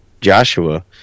Joshua